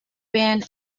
been